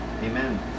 Amen